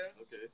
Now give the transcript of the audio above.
Okay